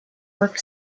work